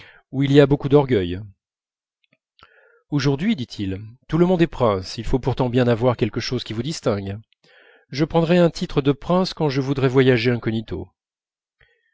où il y a beaucoup d'orgueil aujourd'hui dit-il tout le monde est prince il faut pourtant bien avoir quelque chose qui vous distingue je prendrai un titre de prince quand je voudrai voyager incognito